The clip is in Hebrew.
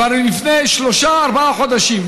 כבר לפני שלושה-ארבעה חודשים,